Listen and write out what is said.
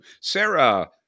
Sarah